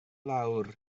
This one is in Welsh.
lawr